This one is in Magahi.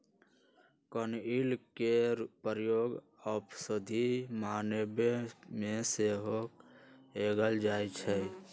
कनइल के प्रयोग औषधि बनाबे में सेहो कएल जाइ छइ